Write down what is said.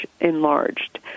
enlarged